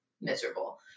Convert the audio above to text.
miserable